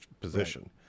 position